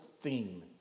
theme